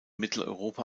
mitteleuropa